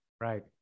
Right